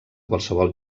qualsevol